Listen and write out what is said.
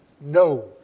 No